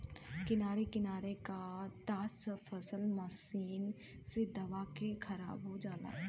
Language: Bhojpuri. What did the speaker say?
किनारे किनारे क त सब फसल मशीन से दबा के खराब हो जाला